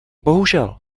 bohužel